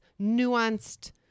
nuanced